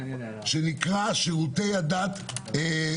ועדה לשירותי דת יהודיים.